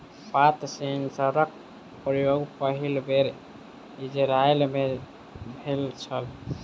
पात सेंसरक प्रयोग पहिल बेर इजरायल मे भेल छल